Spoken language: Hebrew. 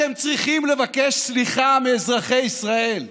אתם צריכים לבקש סליחה מאזרחי ישראל,